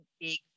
big